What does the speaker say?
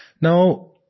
Now